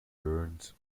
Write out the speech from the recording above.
burns